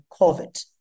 COVID